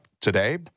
today